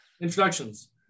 introductions